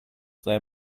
their